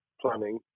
planning